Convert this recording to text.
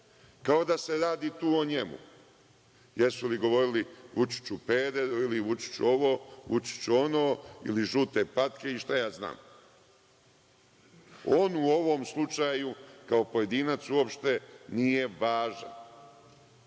kao da se radi tu o njemu. Jesu li govorili „Vučiću pederu“ ili Vučiću ovo, ili Vučiću ono, ili žute patke i šta ja znam. On u ovom slučaju kao pojedinac uopšte nije važan.